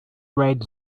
red